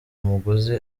umuguzi